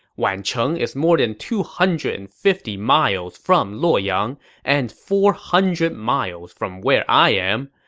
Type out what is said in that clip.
wangcheng is more than two hundred and fifty miles from luoyang and four hundred miles from where i am.